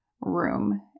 room